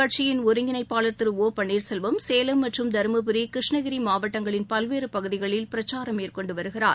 கட்சியின் ஒருங்கிணைப்பாளர் திரு ஒ பன்னீர்செல்வம் சேலம் மற்றும் தருமபுரி கிருஷ்ணகிரி மாவட்டங்களின் பல்வேறு பகுதிகளில் பிரச்சாரம் மேற்கொண்டு வருகிறார்